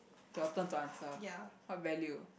your turn to answer what value